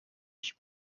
ich